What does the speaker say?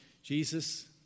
Jesus